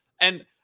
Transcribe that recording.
And-